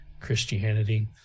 Christianity